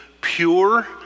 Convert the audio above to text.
pure